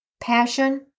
passion